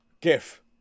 gif